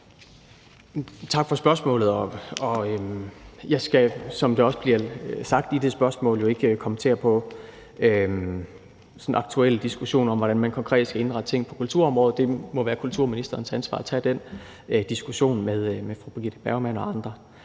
Tak for spørgsmålet. Jeg skal, som det også bliver sagt til det spørgsmål, jo ikke kommentere på sådan en aktuel diskussion om, hvordan man konkret skal indrette ting på kulturområdet. Det må være kulturministerens ansvar at tage den diskussion med fru Birgitte Bergman og andre.